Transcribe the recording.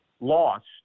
lost